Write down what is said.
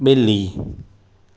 बि॒ली